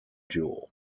jewel